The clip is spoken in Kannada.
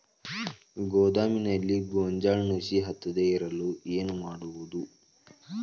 ಗೋದಾಮಿನಲ್ಲಿ ಗೋಂಜಾಳ ನುಸಿ ಹತ್ತದೇ ಇರಲು ಏನು ಮಾಡುವುದು?